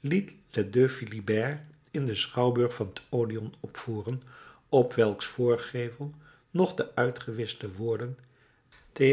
liet les deux philibert in den schouwburg van t odeon opvoeren op welks voorgevel nog de uitgewischte woorden